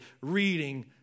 reading